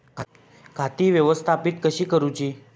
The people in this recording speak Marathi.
खाती व्यवस्थापित कशी करूची?